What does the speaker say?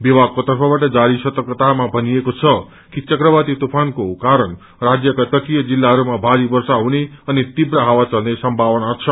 विभागको तर्फबाट जार सतर्कतामा भनिएको छ कि चक्रवाती तेफानकोकारण राज्यका तटीय जिलाहरूमा भारी वर्षा हुने तीव्र हावा चल्ने सम्भावना छ